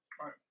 Right